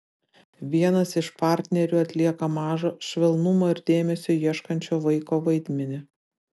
vienas iš partnerių atlieka mažo švelnumo ir dėmesio ieškančio vaiko vaidmenį